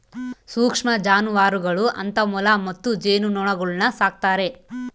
ಸೂಕ್ಷ್ಮ ಜಾನುವಾರುಗಳು ಅಂತ ಮೊಲ ಮತ್ತು ಜೇನುನೊಣಗುಳ್ನ ಸಾಕ್ತಾರೆ